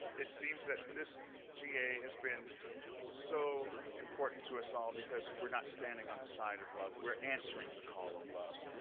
it seems that this ga has been so important to us all, because we're not standing on the side of love. we're answering the call of love.